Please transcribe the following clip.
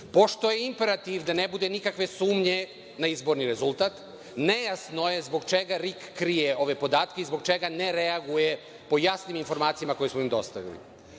Pošto je imperativ da ne bude nikakve sumnje na izborni rezultat, nejasno je zbog čega RIK krije ove podatke i zbog čega ne reaguje po jasnim informacijama koje smo im dostavili. Zatim,